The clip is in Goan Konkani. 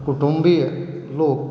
कुटुंबीय लोक